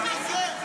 מה אתה מצביע?